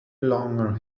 longer